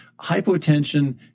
hypotension